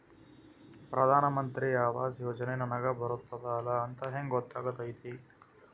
ಪ್ರಧಾನ ಮಂತ್ರಿ ಆವಾಸ್ ಯೋಜನೆ ನನಗ ಬರುತ್ತದ ಇಲ್ಲ ಅಂತ ಹೆಂಗ್ ಗೊತ್ತಾಗತೈತಿ?